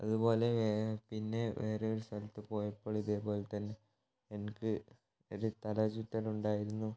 അതുപോലെ പിന്നെ വേറെ ഒരു സ്ഥലത്തു പോയപ്പോൾ ഇതെപോലെതന്നെ അപ്പോൾ ഇതേപോലെ തന്നെ എനിക്ക് ചെറിയ തല ചുറ്റലുണ്ടായിരുന്നു